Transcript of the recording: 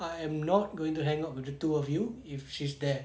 I am not going to hang out with the two of you if she's there